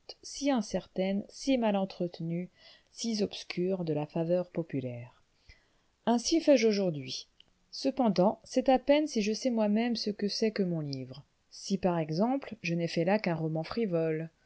si incertaine si mal entretenue si obscure de la faveur populaire ainsi fais-je aujourd'hui cependant c'est à peine si je sais moi-même ce que c'est que mon livre si par exemple je n'ai fait là qu'un roman frivole